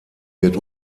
wird